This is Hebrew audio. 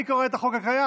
אני קורא את החוק הקיים.